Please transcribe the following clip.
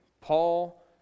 Paul